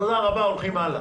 תודה רבה, הולכים הלאה.